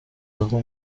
بگو